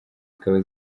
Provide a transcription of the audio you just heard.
zikaba